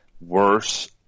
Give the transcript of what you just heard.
worse